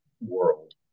world